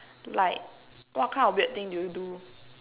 like what kind of weird thing do you do